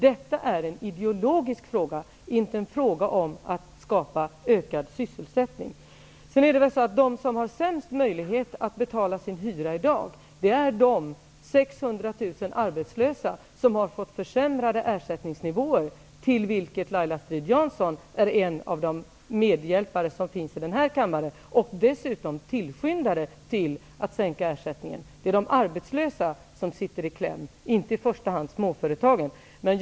Detta är en ideologisk fråga. Det är inte fråga om att skapa ökad sysselsättning. De som har sämst möjlighet att i dag betala sin hyra är de 600 000 arbetslösa som har fått försämrade ersättningsnivåer. Laila Strid-Jansson är en av dem som i denna kammare hjälpt till med detta, och hon är dessutom tillskyndare till att sänka ersättningen. Det är de arbetslösa som sitter i kläm, inte i första hand småföretagen.